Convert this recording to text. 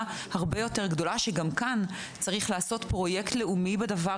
גדולה בהרבה וגם כאן צריך לעשות פרויקט לאומי בדבר